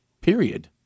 Period